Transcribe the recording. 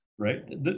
right